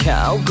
Cow